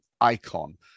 icon